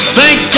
Thank